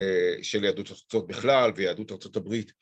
של יהדות ארצות בכלל ויהדות ארצות הברית.